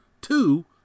two